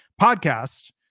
podcast